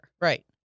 Right